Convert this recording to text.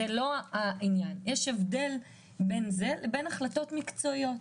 יש הבדל בין זה לבין החלטות מקצועיות.